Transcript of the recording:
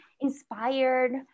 inspired